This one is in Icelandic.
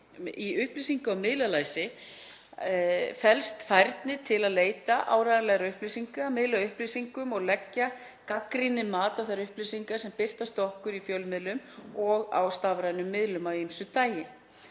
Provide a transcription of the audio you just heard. Í upplýsinga- og miðlalæsi felst færni til að leita áreiðanlegra upplýsinga, miðla upplýsingum og leggja gagnrýnið mat á þær upplýsingar sem birtast okkur í fjölmiðlum og á stafrænum miðlum af ýmsu tagi.